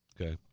okay